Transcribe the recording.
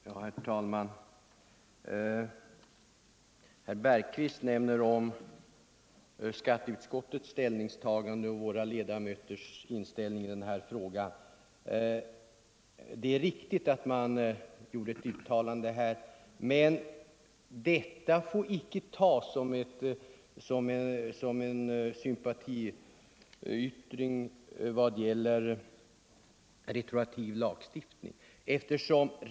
Herr talman! Herr Bergqvist nämner skatteutskottets ställningstagande och de moderata ledamöternas inställning i den frågan. Det är riktigt att man gjorde ett uttalande, men detta får icke tas som en sympatiytiring vad gäller retroaktiv lagstiftning.